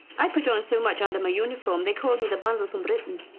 i put on so much under my uniform they called me the bundle from britain.